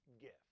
gift